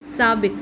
साबिक़ु